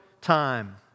time